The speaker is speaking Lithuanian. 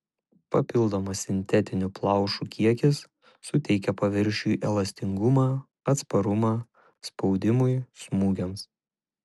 papildomas sintetinių plaušų kiekis suteikia paviršiui elastingumą atsparumą spaudimui smūgiams